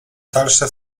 dalsze